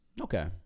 Okay